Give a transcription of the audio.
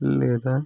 లేదా